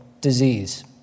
disease